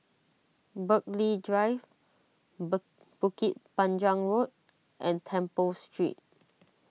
Burghley Drive Bukit Panjang Road and Temple Street